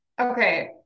okay